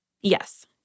Yes